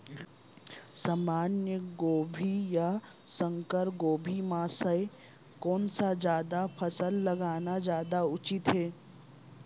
सामान्य गोभी या संकर गोभी म से कोन स फसल लगाना जादा उचित हे?